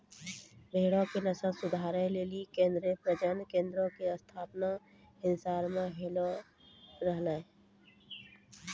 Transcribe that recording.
भेड़ो के नस्ल सुधारै लेली केन्द्रीय प्रजनन केन्द्रो के स्थापना हिसार मे होलो रहै